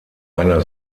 einer